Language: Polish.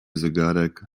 zegarek